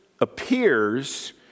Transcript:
appears